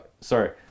Sorry